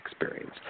experience